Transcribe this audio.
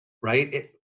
right